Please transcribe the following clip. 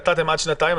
נתתם עד שנתיים,